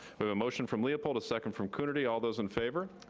but a motion from leopold, a second from coonerty. all those in favor?